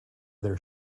their